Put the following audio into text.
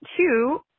two